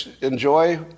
enjoy